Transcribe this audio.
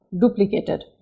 duplicated